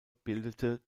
bildete